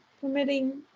permitting